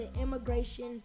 immigration